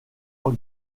hot